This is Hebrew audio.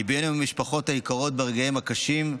ליבנו עם המשפחות היקרות ברגעיהן הקשים,